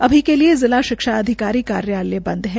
अभी के लिए जिला शिक्षा अधिकारी कार्यालय बंद है